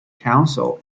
council